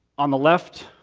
on the left,